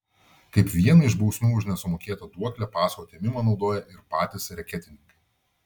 kaip vieną iš bausmių už nesumokėtą duoklę paso atėmimą naudoja ir patys reketininkai